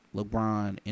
LeBron